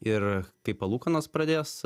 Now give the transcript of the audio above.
ir kai palūkanos pradės